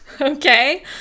Okay